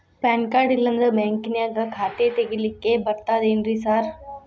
PAN card ಇಲ್ಲಂದ್ರ ಬ್ಯಾಂಕಿನ್ಯಾಗ ಖಾತೆ ತೆಗೆಲಿಕ್ಕಿ ಬರ್ತಾದೇನ್ರಿ ಸಾರ್?